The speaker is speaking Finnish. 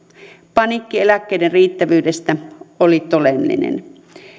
paniikki eläkkeiden riittävyydestä oli todellinen